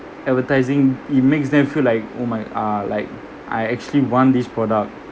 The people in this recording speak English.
advertising it makes them feel like oh my uh like I actually want this product